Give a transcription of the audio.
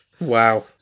wow